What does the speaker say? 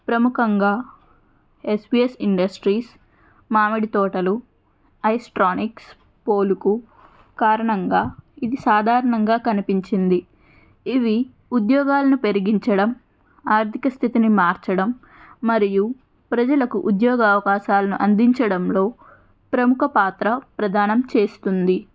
ప్రముఖంగా SVS industries మామిడి తోటలు ఐస్ట్రానిక్స్ పోలుకు కారణంగా ఇది సాధారణంగా కనిపించింది ఇది ఉద్యోగాలను పెరిగించడం ఆర్థిక స్థితిని మార్చడం మరియు ప్రజలకు ఉద్యోగ అవకాశాలను అందించడంలో ప్రముఖ పాత్ర ప్రదానం చేస్తుంది